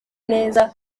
neza